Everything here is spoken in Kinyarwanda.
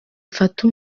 afate